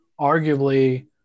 arguably